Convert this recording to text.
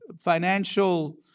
financial